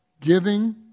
Giving